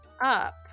up